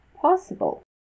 possible